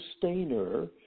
sustainer